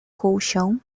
colchão